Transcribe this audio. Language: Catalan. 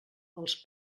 els